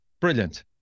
brilliant